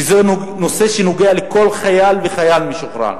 שזה נושא שנוגע לכל חייל משוחרר,